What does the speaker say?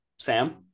Sam